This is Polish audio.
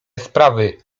sprawy